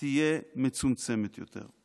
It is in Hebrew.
תהיה מצומצמת יותר.